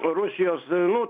rusijos ir nu